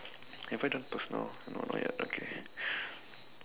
have I done personal no not yet okay